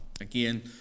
again